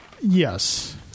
Yes